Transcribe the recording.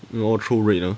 we all throw red ah